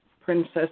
princess